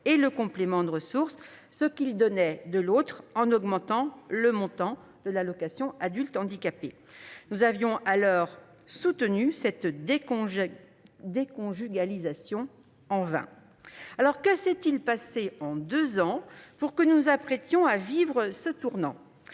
et le complément de ressources, ce qu'il donnait de l'autre en augmentant le montant de l'AAH. Nous avions alors soutenu cette déconjugalisation, en vain. Que s'est-il passé en deux ans pour que nous nous apprêtions à vivre ce tournant ?